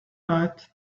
night